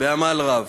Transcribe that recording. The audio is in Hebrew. בעמל רב.